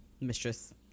mistress